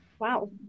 wow